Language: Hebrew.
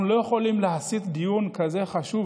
אנחנו לא יכולים להסיט דיון כזה חשוב